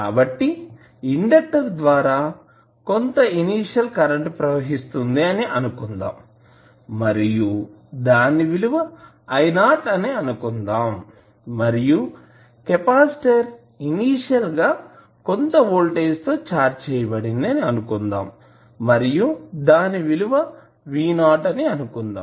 కాబట్టి ఇండక్టర్ ద్వారా కొంత ఇనీషియల్ కరెంటు ప్రవహిస్తుంది అని అనుకుందాం మరియు దాని విలువ I0 అని అనుకుందాం మరియు కెపాసిటర్ ఇనీషియల్ గా కొంత వోల్టేజ్ తో చార్జ్ చేయబడింది అని అనుకుందాము మరియు దాని విలువ V0 అని అనుకుందాం